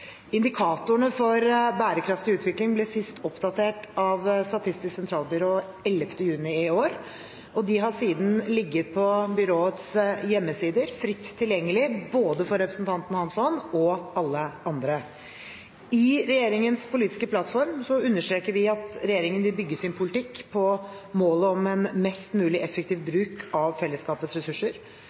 Indikatorene for bærekraftig utvikling ble sist oppdatert av Statistisk sentralbyrå 11. juni i år. De har siden ligget på byråets hjemmesider, fritt tilgjengelig for både representanten Hansson og alle andre. I regjeringens politiske plattform understreker vi at regjeringen vil bygge sin politikk på målet om en mest mulig effektiv bruk av fellesskapets ressurser.